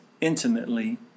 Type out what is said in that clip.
intimately